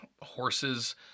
horses